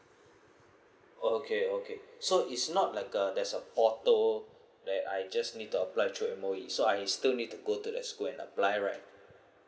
okay okay so it's not like uh there's a portal that I just need to apply through M_O_E so I still need to go to that school and apply right